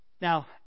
Now